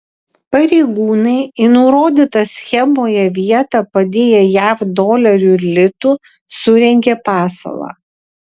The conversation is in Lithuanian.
pareigūnai į nurodytą schemoje vietą padėję jav dolerių ir litų surengė pasalą